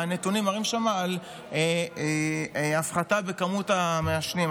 הנתונים שם מראים על הפחתה בכמות המעשנים.